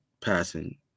passing